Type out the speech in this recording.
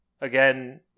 Again